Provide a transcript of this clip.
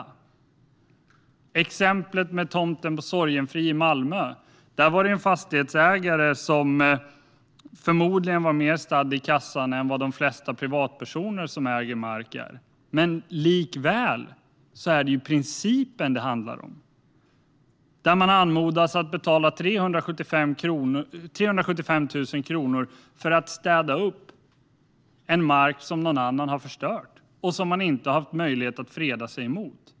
I exemplet Sorgenfri i Malmö handlade det om en fastighetsägare som förmodligen var mer stadd vid kassa än vad de flesta privatpersoner som äger mark är. Likväl är det principen det handlar om, där man anmodas att betala 375 000 kronor för att städa upp mark som någon annan har förstört utan att man har haft möjlighet att freda sig emot det.